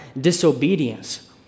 disobedience